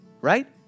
right